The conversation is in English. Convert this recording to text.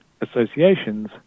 associations